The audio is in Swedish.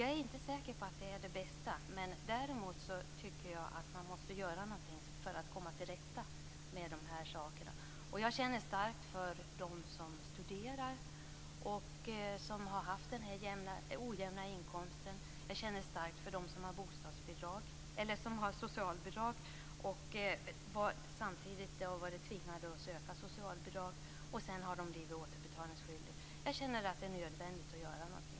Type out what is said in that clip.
Jag är därför inte säker på att det är det bästa. Däremot tycker jag att man måste göra någonting för att komma till rätta med de här sakerna. Jag känner starkt för dem som studerar och som har haft ojämna inkomster. Jag känner starkt för dem som har socialbidrag och samtidigt har varit tvingade att söka bostadsbidrag och sedan blivit återbetalningsskyldiga. Jag känner att det är nödvändigt att göra någonting.